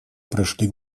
прошли